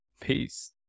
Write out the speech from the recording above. peace